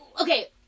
Okay